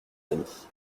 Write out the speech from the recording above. amis